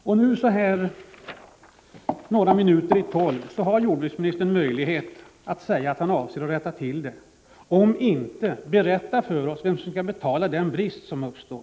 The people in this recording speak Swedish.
Jordbruksministern har nu, så att säga några minuter före tolv, möjlighet att säga att han avser att rätta till sin tolkning. Ominte, ber jag att jordbruksministern berättar för oss vem som skall betala den brist som uppstår.